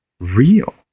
real